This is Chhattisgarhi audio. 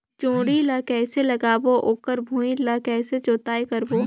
जोणी ला कइसे लगाबो ओकर भुईं ला कइसे जोताई करबो?